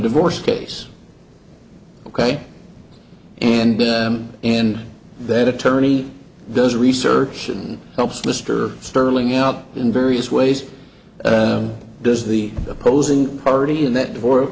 divorce case ok and them and that attorney does research and helps mr sterling out in various ways does the opposing party in that divorce